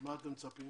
למה אתם מצפים?